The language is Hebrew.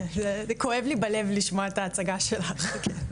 זה כואב לי בלב לשמוע את ההצגה שלך.